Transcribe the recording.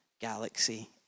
galaxy